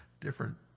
different